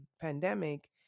pandemic